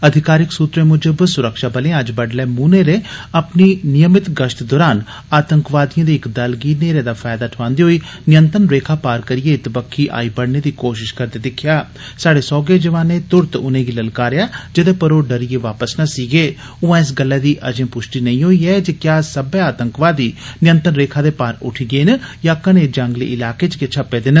अधिकारिएं सुत्रें मुजब सुरक्षा बलें अज्ज बड्डलै मुह न्हेरे अपनी नियमित गश्त दरान आंतकवादिएं दे इक दल गी न्हेरे दा फैयदा ठोआंदे होई नियंत्रण रेखा पार करिएं इत्त बक्खी आई बड़ने दी कोश्त करदे दिक्खेया स्हाड़े सौहगै जवाने तुरंत उनेंगी ललकारेया जेदे पर ओ डरिए वापस नस्सी गें उंआ इस गल्लै दी अर्जे पुश्टि नेंइ होई सकी ऐ जे क्या सब्लै आंतकवादी नियंत्रण रेखा दे पार उठी गेन या इस घने जांगली इलाके च गै छप्पे देन